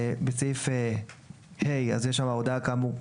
בסעיף (ה) אז יש שם הודעה כאמור,